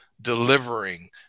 delivering